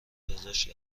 دامپزشک